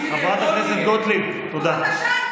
חברת הכנסת גוטליב, תודה.